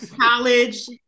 college